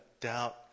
doubt